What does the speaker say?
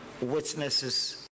witnesses